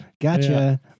gotcha